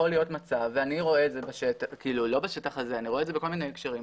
יכול להיות מצב, ואני רואה את זה בכל מיני הקשרים,